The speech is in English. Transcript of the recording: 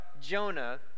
Jonah